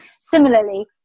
Similarly